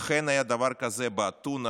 אכן, היה דבר כזה באתונה